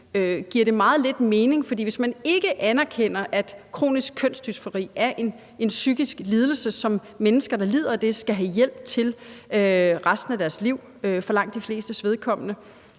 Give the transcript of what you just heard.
giver meget lidt mening, for hvis man ikke anerkender, at kronisk kønsdysfori er en psykisk lidelse, som mennesker, der lider af det, skal have hjælp til behandling for resten af deres liv for langt de flestes vedkommende,